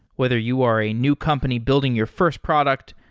whether you are a new company building your first product,